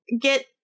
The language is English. get